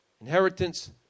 Inheritance